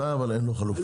מתי אבל אין לו חלופה?